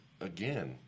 again